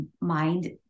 mind